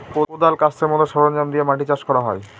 কোঁদাল, কাস্তের মতো সরঞ্জাম দিয়ে মাটি চাষ করা হয়